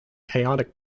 chaotic